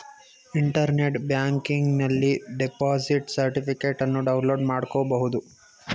internet ಬ್ಯಾಂಕಿಂಗನಲ್ಲಿ deposit ಸರ್ಟಿಫಿಕೇಟನ್ನು download ಮಾಡ್ಕೋಬಹುದು